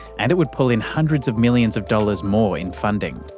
and it would pull in hundreds of millions of dollars more in funding.